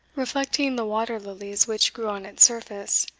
reflecting the water lilies which grew on its surface,